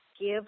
give